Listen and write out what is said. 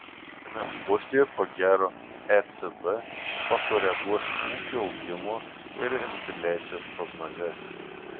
šiame posėdyje ko gero ecb pakoreguos ūkio augimo ir infliacijos prognozes